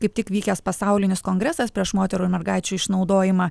kaip tik vykęs pasaulinis kongresas prieš moterų ir mergaičių išnaudojimą